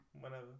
Whenever